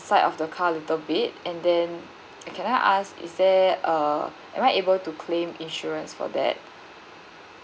side of the car little bit and then can I ask is there uh am I able to claim insurance for that